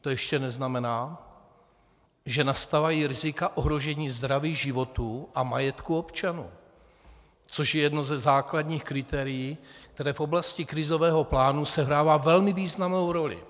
To ještě neznamená, že nastávají rizika ohrožení zdraví, životů a majetku občanů, což je jedno ze základních kritérií, které v oblasti krizového plánu sehrává velmi významnou roli.